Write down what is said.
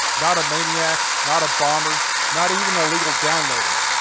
not a maniac, not a bomber, not even an illegal downloader.